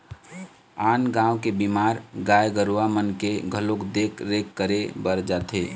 आन गाँव के बीमार गाय गरुवा मन के घलोक देख रेख करे बर जाथे